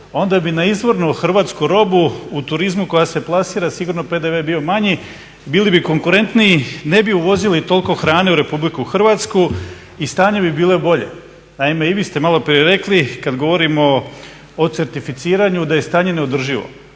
onda bi na izvornu hrvatsku robu u turizmu koja se plasira sigurno PDV bio manji, bili bi konkurentniji. Ne bi uvozili toliko hrane u Republiku Hrvatsku i stanje bi bilo bolje. Naime i vi ste malo prije rekli kad govorimo o certificiranju da je stanje neodrživo.